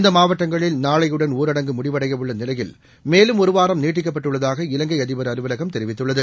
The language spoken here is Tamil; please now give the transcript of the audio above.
இந்த மாவட்டங்களில் நாளையுடன் ஊரடங்கு முடிவடைய உள்ள நிலையில் மேலும் ஒருவாரம் நீட்டிக்கப்பட்டுள்ளதாக இலங்கை அதிபர் அலுவலகம் தெரிவித்துள்ளது